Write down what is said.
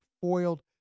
foiled